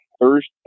Thursday